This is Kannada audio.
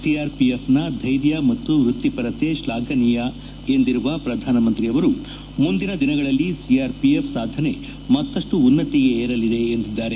ಸಿಆರ್ಪಿಎಫ್ನ ಧ್ಲೆರ್ಯ ಮತ್ತು ವ್ಯಕ್ತಿಪರತೆ ಶ್ಲಾಘನೀಯ ಎಂದಿರುವ ಪ್ರಧಾನಮಂತ್ರಿ ಮುಂದಿನ ದಿನಗಳಲ್ಲಿ ಸಿಆರ್ಪಿಎಫ್ ಸಾಧನೆ ಮತ್ತಪ್ಲ ಉನ್ನತಿಗೆ ಏರಲಿದೆ ಎಂದಿದ್ದಾರೆ